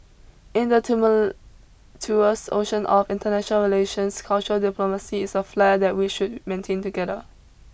in the tumultuous ocean of international relations cultural diplomacy is a flare that we should maintain together